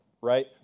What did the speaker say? right